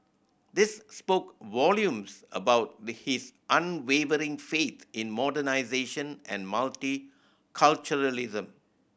this spoke volumes about the his unwavering faith in modernisation and multiculturalism